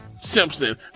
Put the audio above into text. Simpson